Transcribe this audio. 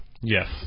Yes